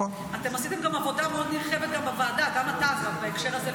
אתם עשיתם גם עבודה נרחבת מאוד בוועדה בהקשר הזה,